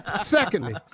Secondly